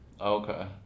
Okay